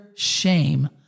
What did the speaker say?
Shame